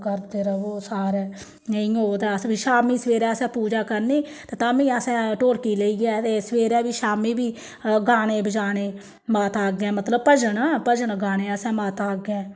करदे र'वो सारे नेईं होग ते अस बी शामीं सवेरै असें पूजा करनी ते ताह्म्मीं असें ढोलकी लेइयै ते सवेरै बी शामीं बी गाने बजाने माता अग्गें मतलब भजन भजन गाने असें माता अग्गें